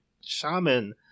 shaman